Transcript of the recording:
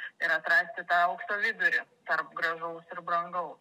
ir atrasti tą aukso vidurį tarp gražaus ir brangaus